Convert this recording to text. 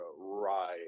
right